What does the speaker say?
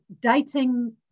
dating